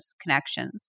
connections